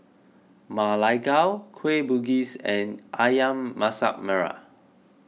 Ma Lai Gao Kueh Bugis and Ayam Masak Merah